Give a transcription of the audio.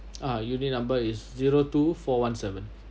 ah unit number is zero two four one seven